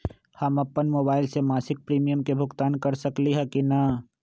हम अपन मोबाइल से मासिक प्रीमियम के भुगतान कर सकली ह की न?